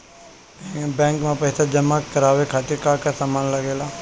Bank में पईसा जमा करवाये खातिर का का सामान लगेला?